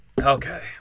Okay